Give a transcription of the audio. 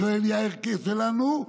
שואל יאיר'קה שלנו,